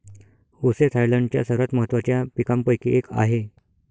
ऊस हे थायलंडच्या सर्वात महत्त्वाच्या पिकांपैकी एक आहे